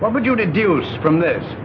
what would you do is from this